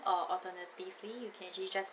or alternatively you can actually just